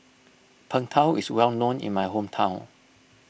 Png Tao is well known in my hometown